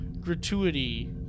gratuity